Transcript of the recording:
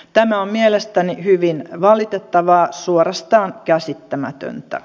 tämä on mielestäni hyvin valitettavaa suorastaan käsittämätöntä